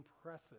impressive